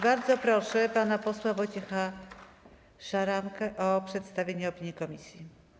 Bardzo proszę pana posła Wojciecha Szaramkę o przedstawienie opinii komisji.